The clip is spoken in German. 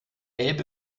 elbe